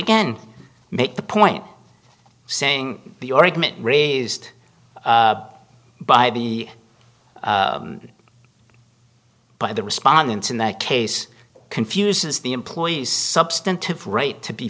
again make the point saying the orig mitt raised by the by the respondents in that case confuses the employees substantive right to be